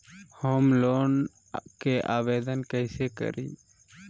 Home loan के आवेदन कैसे करि?